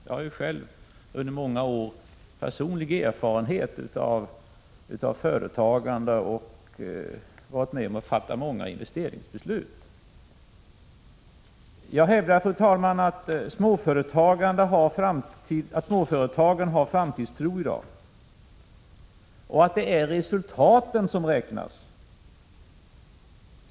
Jag har själv många års personlig erfarenhet av företagande, och jag har varit med om att fatta många investeringsbeslut. Jag hävdar, fru talman, att småföretagarna har framtidstro i dag och att det är resultaten som räknas.